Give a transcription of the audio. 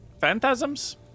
phantasms